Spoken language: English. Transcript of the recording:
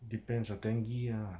depends uh dengue ah